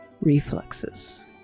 Reflexes